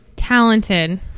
Talented